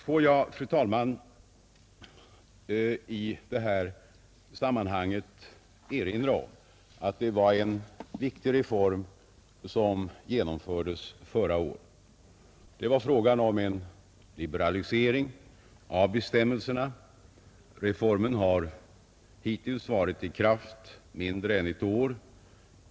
Får jag, fru talman, i detta sammanhang erinra om att det var en viktig reform som genomfördes förra året. Det blev en liberalisering av bestämmelserna. Reformen har hittills varit i kraft mindre än ett år.